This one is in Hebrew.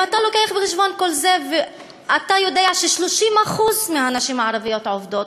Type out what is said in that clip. אם אתה מביא בחשבון את כל זה ואתה יודע ש-30% מהנשים הערביות עובדות,